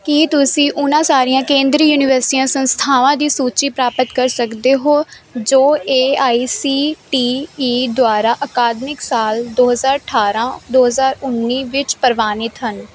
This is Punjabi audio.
ਕੀ ਤੁਸੀਂ ਉਹਨਾਂ ਸਾਰੀਆਂ ਕੇਂਦਰੀ ਯੂਨੀਵਰਸਿਟੀਆਂ ਸੰਸਥਾਵਾਂ ਦੀ ਸੂਚੀ ਪ੍ਰਾਪਤ ਕਰ ਸਕਦੇ ਹੋ ਜੋ A I C T E ਦੁਆਰਾ ਅਕਾਦਮਿਕ ਸਾਲ ਦੋ ਹਜ਼ਾਰ ਅਠਾਰਾਂ ਦੋ ਹਜ਼ਾਰ ਉੱਨੀ ਵਿੱਚ ਪ੍ਰਵਾਨਿਤ ਹਨ